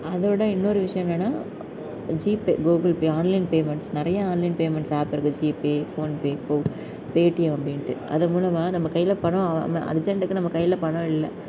அதை விட இன்னொரு விஷயோம் என்னான்னா GPay Google Pay online payments நிறைய ஆன்லைன் பேமெண்ட்ஸ் ஆப் இருக்குது ஜீபே ஃபோன்பே பேடீஎம் அப்டின்டு அது மூலமாக நம்ம கையில் பணம் அர்ஜெண்ட்டுக்கு நம்ம கையில் பணம் இல்லை